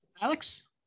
Alex